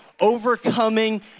overcoming